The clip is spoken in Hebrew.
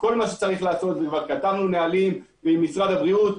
נערכנו לכל מה שצריך לעשות וכבר כתבנו נהלים עם משרד הבריאות,